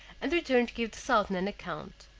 and returned to give the sultan an account.